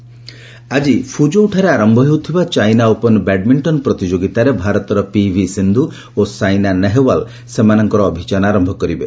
China open ଆକି ଫ୍ରଜୌଠାରେ ଆରମ୍ଭ ହେଉଥିବା ଚାଇନା ଓପନ୍ ବ୍ୟାଡ୍ମିଣ୍ଟନ ପ୍ରତିଯୋଗୀତାରେ ଭାରତର ପିଭି ସିନ୍ଧୁ ଓ ସାଇନା ନେହେୱାଲ୍ ସେମାନଙ୍କର ଅଭିଯାନ ଆରମ୍ଭ କରିବେ